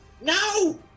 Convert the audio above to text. No